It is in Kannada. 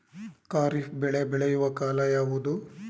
ಖಾರಿಫ್ ಬೆಳೆ ಬೆಳೆಯುವ ಕಾಲ ಯಾವುದು?